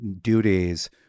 duties